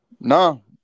no